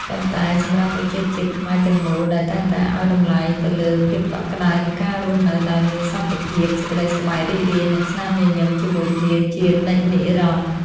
ប៉ុន្តែសម្រាប់ប្រជាជាតិខ្មែរទាំងមូលដែលតែងតែឱ្យតម្លៃទៅលើភាពកក់ក្តៅ និងការរស់នៅដោយមានសន្តិភាព សេចក្តីសប្បាយរីករាយ និងស្នាមញញឹមជាមួយគ្នាជានិច្ចនិរន្តរ៍។